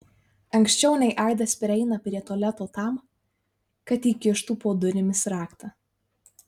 anksčiau nei aidas prieina prie tualeto tam kad įkištų po durimis raktą